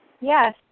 Yes